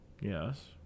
Yes